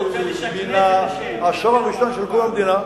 מן העשור הראשון לקום המדינה.